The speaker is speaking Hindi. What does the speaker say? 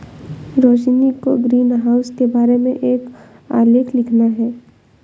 रोशिनी को ग्रीनहाउस के बारे में एक आलेख लिखना है